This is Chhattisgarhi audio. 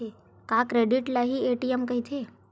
का क्रेडिट ल हि ए.टी.एम कहिथे?